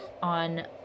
on